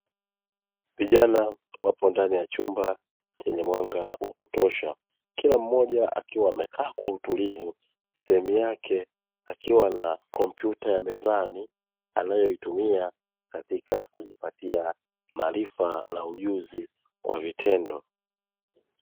Vijana wapo ndani ya chumba chenye mwanga wa kutosha. Kila mmoja akiwa amekaa kwa utulivu kwenye chumba sehemu yake, akiwa na kompyuta yake mezani akiwa anajipatia maarifa kwa vitendo.